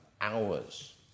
hours